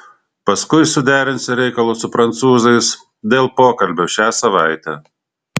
paskui suderinsi reikalus su prancūzais dėl pokalbio šią savaitę